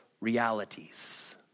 realities